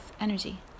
energy